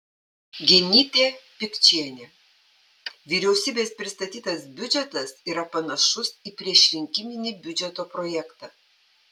genytė pikčienė vyriausybės pristatytas biudžetas yra panašus į priešrinkiminį biudžeto projektą